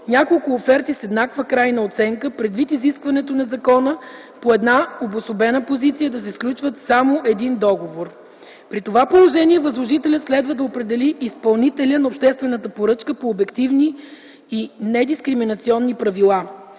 няколко оферти с еднаква крайна оценка предвид изискването на закона по една обособена позиция да се сключва само един договор. При това положение възложителят следва да определи изпълнителя на обществената поръчка по обективни и недискриминационни правила.